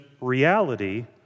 reality